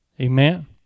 Amen